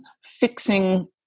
fixing